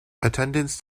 attendance